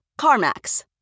CarMax